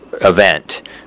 event